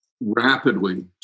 rapidly